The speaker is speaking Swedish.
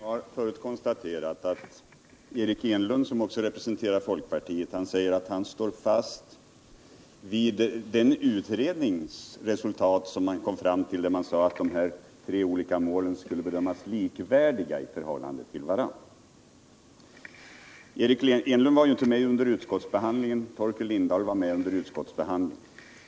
Herr talman! Eric Enlund, som också representerar folkpartiet, säger att han står fast vid utredningsresultatet, där man slog fast att de tre " olika målen skulle bedömas som likvärdiga i förhållande till varandra. — Nr 54 Eric Enlund var inte med under utskottsbehandlingen. Torkel Lindahl var däremot med vid utskottsbehandlingen.